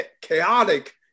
chaotic